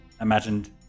imagined